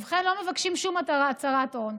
ובכן, לא מבקשים שום הצהרת הון.